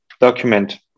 document